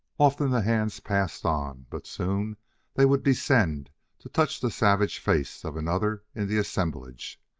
often the hands passed on but soon they would descend to touch the savage face of another in the assemblage.